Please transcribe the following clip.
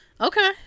Okay